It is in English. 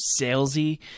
salesy